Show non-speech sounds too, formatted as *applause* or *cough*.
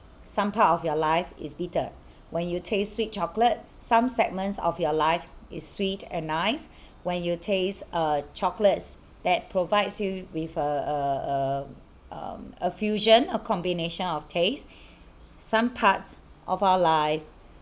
some part of your life is bitter *breath* when you taste sweet chocolate some segments of your life is sweet and nice *breath* when you taste uh chocolates that provides you with a a a um a fusion a combination of taste *breath* some parts of our life